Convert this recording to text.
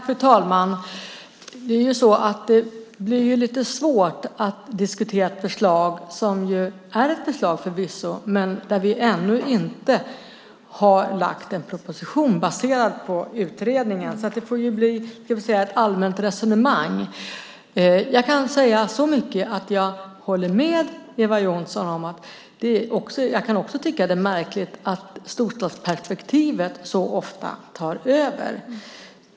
Fru talman! Det blir lite svårt att diskutera ett förslag som förvisso är ett förslag men där vi ännu inte har lagt fram en proposition baserad på utredningen. Det får därför bli ett allmänt resonemang. Jag kan säga så mycket att jag håller med Eva Johnsson om att det kan kännas märkligt att storstadsperspektivet så ofta tar över.